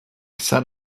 said